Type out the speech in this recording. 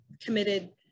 committed